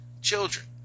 children